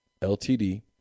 Ltd